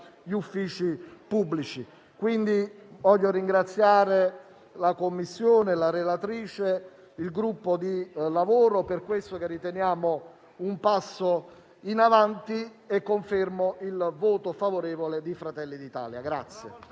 gli uffici pubblici. Voglio ringraziare la Commissione, la relatrice, il gruppo di lavoro per questo che riteniamo un passo avanti, e confermo il voto favorevole di Fratelli d'Italia.